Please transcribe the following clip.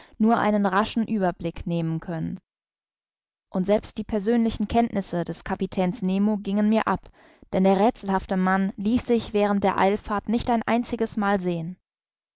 nur einen raschen ueberblick nehmen können und selbst die persönlichen kenntnisse des kapitäns nemo gingen mir ab denn der räthselhafte mann ließ sich während der eilfahrt nicht ein einziges mal sehen